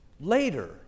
Later